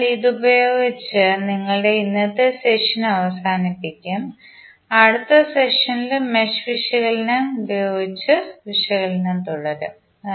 അതിനാൽ ഇതുപയോഗിച്ച് നിങ്ങളുടെ ഇന്നത്തെ സെഷൻ അവസാനിപ്പിക്കും അടുത്ത സെഷനിലും മെഷ് വിശകലനം ഉപയോഗിച്ച് വിശകലനം തുടരും